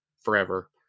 forever